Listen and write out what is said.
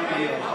מה את מציעה?